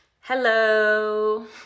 Hello